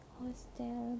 hostel